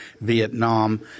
Vietnam